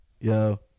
Yo